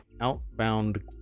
Outbound